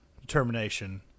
determination